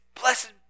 blessed